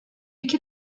iki